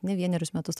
ne vienerius metus